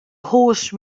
horse